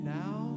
now